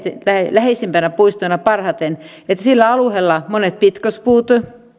läheisimpänä puistona parhaiten että sillä alueella monet pitkospuut